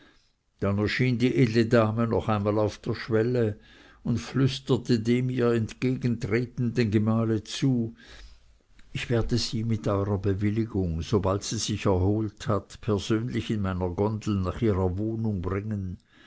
dann erschien die edle dame noch einmal auf der schwelle und flüsterte dem ihr entgegentretenden gemahle zu ich werde sie mit eurer bewilligung sobald sie sich erholt hat persönlich in meiner gondel nach ihrer wohnung bringen